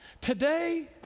today